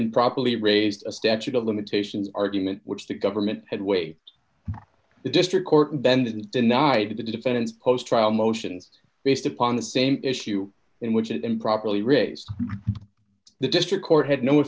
improperly raised a statute of limitations argument which the government had waived the district court in bend denied to the defendant's post trial motions based upon the same issue in which it improperly reduced the district court had no